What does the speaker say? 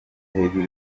hejuru